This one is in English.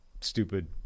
stupid